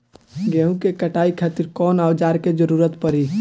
गेहूं के कटाई खातिर कौन औजार के जरूरत परी?